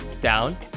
down